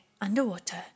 underwater